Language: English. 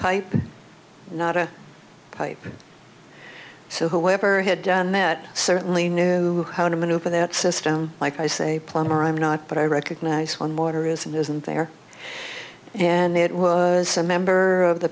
pipe not a pipe so whoever had that certainly knew how to maneuver that system like i say plumber i'm not but i recognize when water is and isn't there and it was a member of the